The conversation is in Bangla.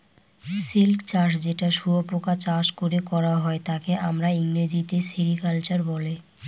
সিল্ক চাষ যেটা শুয়োপোকা চাষ করে করা হয় তাকে আমরা ইংরেজিতে সেরিকালচার বলে